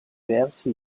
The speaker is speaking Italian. versi